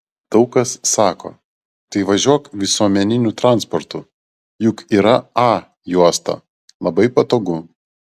daug kas sako tai važiuok visuomeniniu transportu juk yra a juosta labai patogu